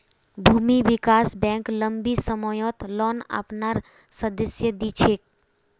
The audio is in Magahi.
भूमि विकास बैंक लम्बी सम्ययोत लोन अपनार सदस्यक दी छेक